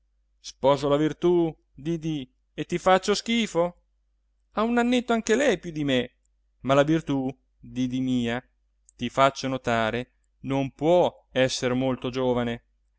sposo la virtù didì e ti faccio schifo ha un annetto anche lei più di me ma la virtù didì mia ti faccio notare non può esser molto giovane